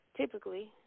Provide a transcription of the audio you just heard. typically –